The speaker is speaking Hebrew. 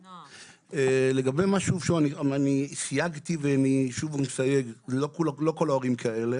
אני סייגתי ואני שוב מסייג, לא כל ההורים כאלה